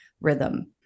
rhythm